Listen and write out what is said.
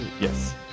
Yes